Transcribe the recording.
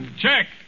Check